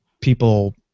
people